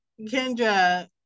Kendra